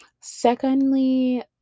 Secondly